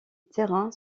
terrain